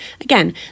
Again